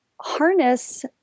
harness